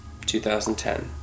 2010